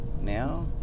now